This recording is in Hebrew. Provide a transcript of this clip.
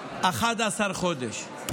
11 חודשים,